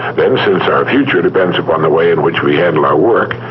then, since our future depends upon the way in which we handle our work,